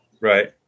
Right